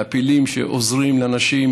מהפעילים שעוזרים לאנשים,